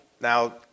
now